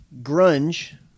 grunge